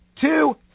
two